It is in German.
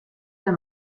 der